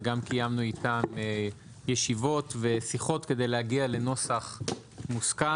וגם קיימנו איתם ישיבות ושיחות כדי להגיע לנוסח מוסכם